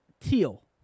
teal